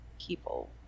people